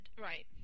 Right